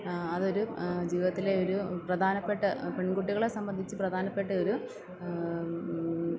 അതൊരു ജീവിതത്തിലെ ഒരു പ്രധാനപ്പെട്ട പെണ്കുട്ടികളെ സംബന്ധിച്ച് പ്രധാനപ്പെട്ട ഒരു